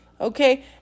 okay